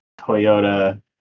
Toyota